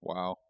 Wow